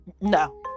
No